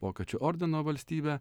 vokiečių ordino valstybę